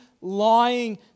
lying